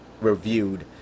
reviewed